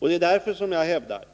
Det är mot denna bakgrund som jag hävdar